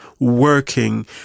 working